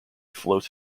floats